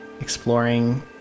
exploring